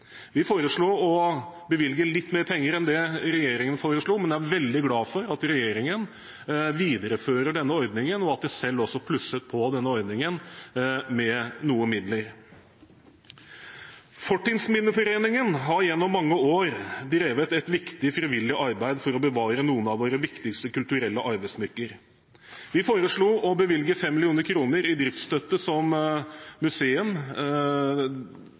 Vi foreslo å bevilge litt mer penger enn det regjeringen foreslo, men jeg er veldig glad for at regjeringen viderefører denne ordningen, og at de selv plusset på denne ordningen med noen midler. Fortidsminneforeningen har gjennom mange år har drevet et viktig frivillig arbeid for å bevare noen av våre viktigste kulturelle arvesmykker. Vi foreslo å bevilge 5 mill. kr i driftsstøtte – som til museum